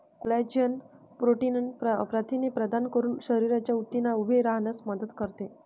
collagen protein प्रथिने प्रदान करून शरीराच्या ऊतींना उभे राहण्यास मदत करते